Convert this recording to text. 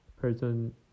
person